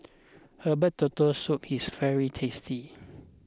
Herbal Turtle Soup is very tasty